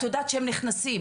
את יודעת שהם נכנסים.